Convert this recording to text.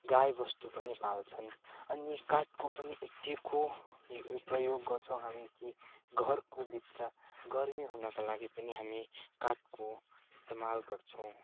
गाईबस्तु पनि पाल्छन् अनि काठको पनि यतिको प्रयोग गर्छौँ हामी कि घरकोभित्र गर्मी हुनको लागि पनि हामी काठको इस्तेमाल गर्छौँ